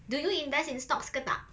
do you invest in stocks ke tak